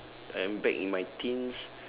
I am back in my teens